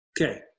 okay